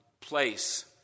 place